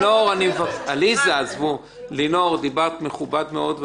לינור, דיברת מכובד מאוד.